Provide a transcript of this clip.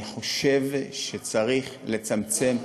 אני חושב שצריך לצמצם.